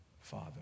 Father